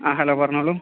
ആ ഹലോ പറഞ്ഞോളു